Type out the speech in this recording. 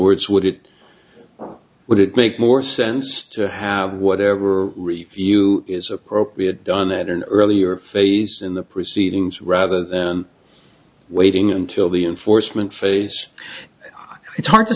words would it would it make more sense to have whatever review is appropriate done at an earlier phase in the proceedings rather than waiting until the enforcement face it's hard to